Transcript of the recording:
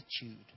attitude